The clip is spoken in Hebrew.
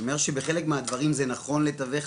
אני אומר שבחלק מהדברים זה נכון לתווך,